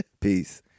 Peace